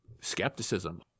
skepticism